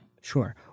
Sure